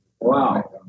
Wow